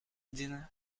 dinner